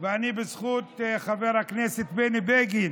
בזכות חבר הכנסת בני בגין